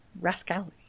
rascality